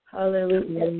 Hallelujah